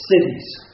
cities